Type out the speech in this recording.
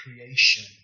creation